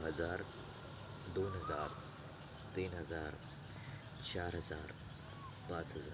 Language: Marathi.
हजार दोन हजार तीन हजार चार हजार पाच हजार